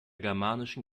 germanischen